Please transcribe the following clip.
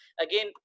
again